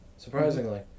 Surprisingly